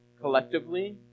collectively